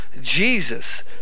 Jesus